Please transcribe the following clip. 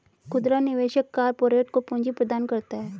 खुदरा निवेशक कारपोरेट को पूंजी प्रदान करता है